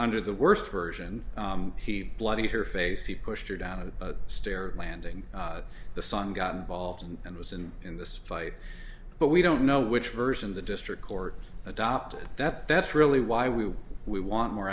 under the worst version he bloodied her face he pushed her down to the stair landing the son got involved and was in in this fight but we don't know which version the district court adopted that that's really why we we want more